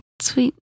Sweet